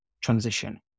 transition